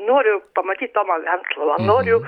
noriu pamatyt tomą venclovą noriu